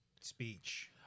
speech